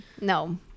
No